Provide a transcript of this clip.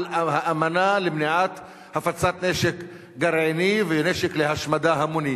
אמנה למניעת הפצת נשק גרעיני ונשק להשמדה המונית.